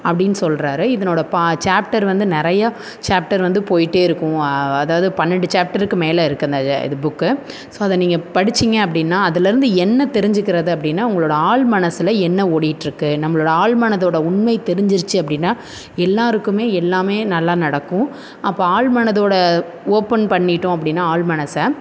அப்படின்னு சொல்கிறாரு இதனோடய பா சாப்ட்டர் வந்து நிறையா சாப்ட்டர் வந்து போயிகிட்டே இருக்கும் அதாவது பன்னெரெண்டு சாப்ட்டருக்கு மேல் இருக்குது அந்த இது இது புக்கு ஸோ அதை நீங்கள் படித்தீங்க அப்படின்னா அதிலேருந்து என்ன தெரிஞ்சுக்கறது அப்படின்னா உங்களோடய ஆழ்மனதுல என்ன ஓடிகிட்டிருக்கு நம்மளோடய ஆழ்மனதோடய உண்மை தெரிஞ்சுருச்சி அப்படின்னா எல்லோருக்குமே எல்லாமே நல்லா நடக்கும் அப்போ ஆழ்மனதோடு ஓப்பன் பண்ணிவிட்டோம் அப்படின்னா ஆழ்மனதை